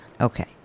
Okay